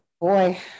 boy